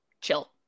chill